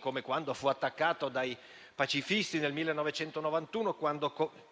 come quando fu attaccato dai pacifisti nel 1991,